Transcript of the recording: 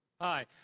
Hi